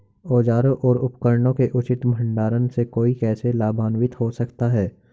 औजारों और उपकरणों के उचित भंडारण से कोई कैसे लाभान्वित हो सकता है?